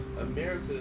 America